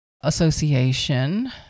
Association